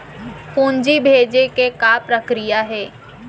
पूंजी भेजे के का प्रक्रिया हे?